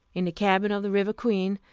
in the cabin of the river queen,